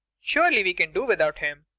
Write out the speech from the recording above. surely we can do without him.